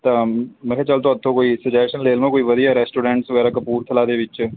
ਤਾਂ ਮੈਂ ਕਿਹਾ ਚੱਲ ਤੁਹਾਤੋਂ ਕੋਈ ਸਜੈਸ਼ਨ ਲੈ ਲਵਾਂ ਕੋਈ ਵਧੀਆ ਰੈਸਟੋਰੈਂਟਸ ਵਗੈਰਾ ਕਪੂਰਥਲਾ ਦੇ ਵਿੱਚ